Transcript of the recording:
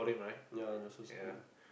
ya Joseph-Schooling